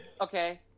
Okay